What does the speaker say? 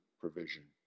provision